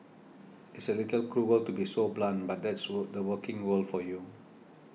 it's a little cruel to be so blunt but that's were the working world for you